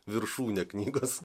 viršūnė knygos